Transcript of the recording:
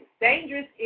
Dangerous